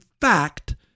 fact